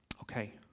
Okay